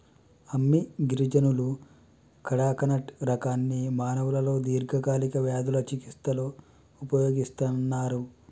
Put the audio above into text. అమ్మి గిరిజనులు కడకనట్ రకాన్ని మానవులలో దీర్ఘకాలిక వ్యాధుల చికిస్తలో ఉపయోగిస్తన్నరు